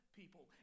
people